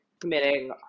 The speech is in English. committing